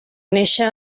néixer